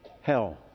hell